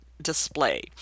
display